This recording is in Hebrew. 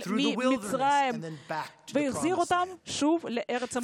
ממצרים דרך המדבר והחזיר אותם לארץ המובטחת,